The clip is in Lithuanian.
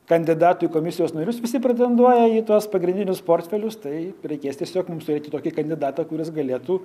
kandidatų į komisijos narius visi pretenduoja į tuos pagrindinius portfelius tai reikės tiesiog mums turėti tokį kandidatą kuris galėtų